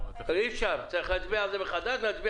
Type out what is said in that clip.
אי-אפשר, צריך להצביע על זה מחדש.